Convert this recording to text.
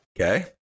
Okay